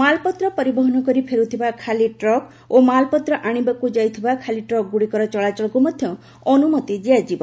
ମାଲ୍ପତ୍ର ପରିବହନ କରି ଫେରୁଥିବା ଖାଲି ଟ୍ରକ୍ ଓ ମାଲପତ୍ର ଆଶିବାକୁ ଯାଉଥିବା ଖାଲିଟ୍ରକ୍ଗୁଡ଼ିକର ଚଳାଚଳକୁ ମଧ୍ୟ ଅନୁମତି ଦିଆଯିବ